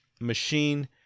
machine